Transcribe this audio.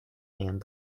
and